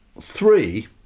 three